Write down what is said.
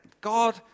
God